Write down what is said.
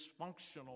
dysfunctional